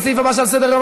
לסעיף הבא שעל סדר-היום,